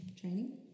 Training